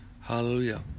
hallelujah